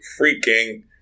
Freaking